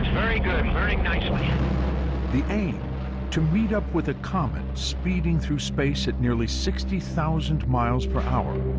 very good, burning nicely. narrator i mean the aim to meet up with a comet speeding through space at nearly sixty thousand miles per hour,